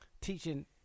teaching